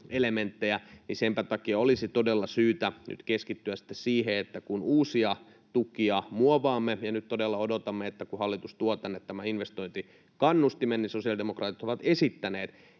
senpä takia olisi todella syytä nyt keskittyä sitten siihen, että kun uusia tukia muovaamme — ja nyt todella odotamme, että hallitus tuo tänne tämän investointikannustimen — niin sosiaalidemokraatit ovat esittäneet,